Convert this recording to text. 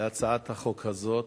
על הצעת החוק הזאת.